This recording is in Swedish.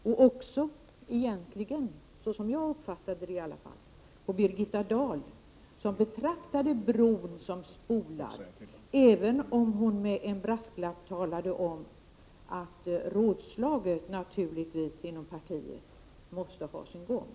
Men Lars-Erik Lövdén borde också, såvitt jag förstår, lyssna på Birgitta Dahl som betraktat bron som ”spolad”. Även om hon kom med en brasklapp om att rådslaget inom. partiet naturligtvis måste få ha sin gång.